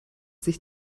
sich